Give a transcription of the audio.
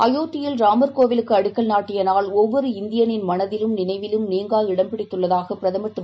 அயோத்தியில் ராமர் கோவிலுக்குஅடிக்கல் நாட்டியநாள் ஒவ்வொருஇந்தியளின் மளதிலும் நினைவிலும் நீங்கா இடம் பிடித்துள்ளதாகபிரதமர் திரு